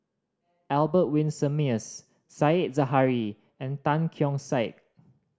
Albert Winsemius Said Zahari and Tan Keong Saik